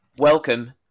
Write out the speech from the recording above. Welcome